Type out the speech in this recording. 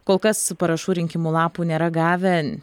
kol kas parašų rinkimo lapų nėra gavę